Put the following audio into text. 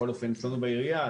בכל אופן אצלנו בעירייה.